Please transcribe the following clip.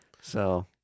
So-